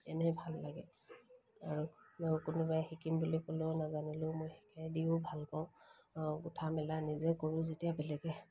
এনেই ভাল লাগে আৰু কোনোবাই শিকিম বুলি ক'লেও নাজানিলেও মই শিকাই দিও ভাল পাওঁ গোঁঠা মেলা নিজে কৰোঁ যেতিয়া বেলেগে